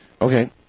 Okay